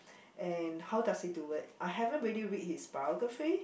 and how does he do it I haven't really read his biography